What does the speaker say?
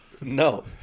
No